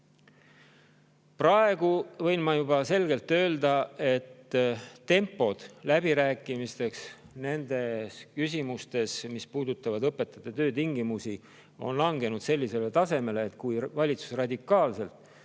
Praegu võin ma juba selgelt öelda, et tempo läbirääkimisteks nendes küsimustes, mis puudutavad õpetajate töötingimusi, on langenud sellisele tasemele, et kui valitsus radikaalselt